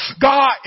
God